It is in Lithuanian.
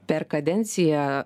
per kadenciją